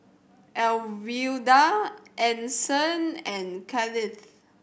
Alwilda Ason and Cailyn